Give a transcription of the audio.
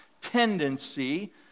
tendency